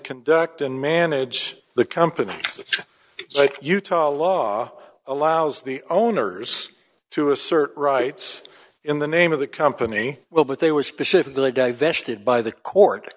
conduct and manage the company like utah law allows the owners to assert rights in the name of the company well but they were specifically divested by the court